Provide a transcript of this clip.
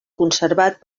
conservat